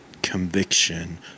conviction